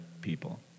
people